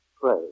Pray